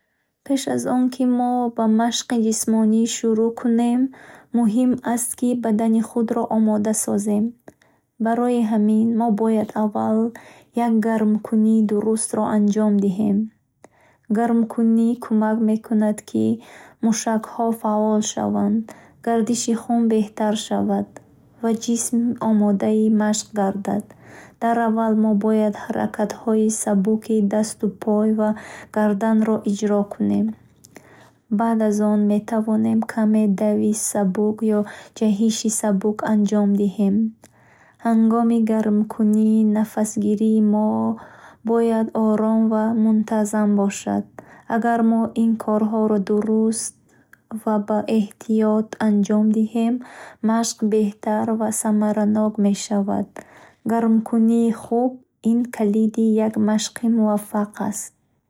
Пеш аз он ки мо ба машқи ҷисмонӣ шурӯъ кунем, муҳим аст, ки бадани худро омода созем. Барои ҳамин, мо бояд аввал як гармикунии дурустро анҷом диҳем. Гармикунӣ кӯмак мекунад, ки мушакҳо фаъол шаванд, гардиши хун беҳтар шавад ва ҷисм омодаи машқ гардад. Дар аввал, мо бояд ҳаракатҳои сабуки дасту пой ва гарданро иҷро кунем. Баъд аз он, метавонем каме дави сабук ё ҷаҳиши сабук анҷом диҳем. Ҳангоми гармикунӣ, нафасгирии мо бояд ором ва мунтазам бошад. Агар мо ин корҳоро дуруст ва бо эҳтиёт анҷом диҳем, машқ беҳтар ва самаранок мешавад. Гармикунии хуб, ин калиди як машқи муваффақ аст.